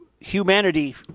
humanity